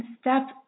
step